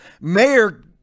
Mayor